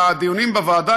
בדיונים בוועדה,